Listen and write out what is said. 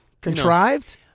Contrived